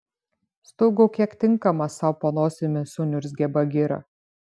stūgauk kiek tinkamas sau po nosimi suniurzgė bagira